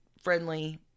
friendly